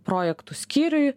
projektų skyriui